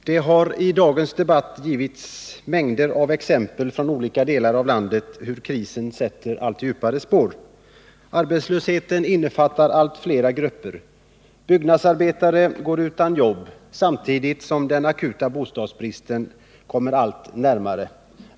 Herr talman! Det har i dagens debatt givits mängder av exempel från olika delar av landet på hur krisen sätter allt djupare spår. Arbetslösheten innefattar allt fler grupper. Byggnadsarbetare går utan arbete samtidigt som den akuta bostadsbristen kommer allt närmare.